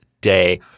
Day